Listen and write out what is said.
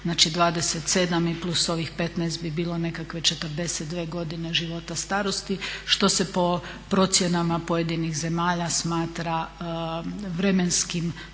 Znači 27 + ovih 15 bi bilo nekakve 42 godine života starosti, što se po procjenama pojedinih zemalja smatra vremenskim rokom